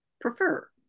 prefer